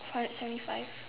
five hundred seventy five